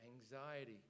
anxiety